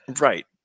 Right